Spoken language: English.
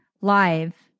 live